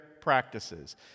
practices